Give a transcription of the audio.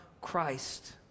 Christ